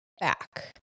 back